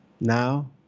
now